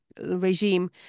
regime